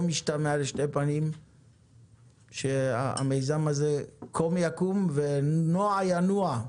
משתמע לשני פנים שהמיזם הזה קום יקום ונוע ינוע.